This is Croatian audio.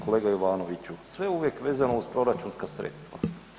Kolega Ivanoviću sve je uvijek vezano uz proračunska sredstva.